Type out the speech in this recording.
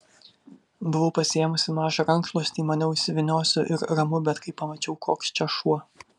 buvau pasiėmusi mažą rankšluostį maniau įsivyniosiu ir ramu bet kai pamačiau koks čia šuo